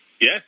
Yes